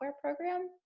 program